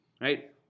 right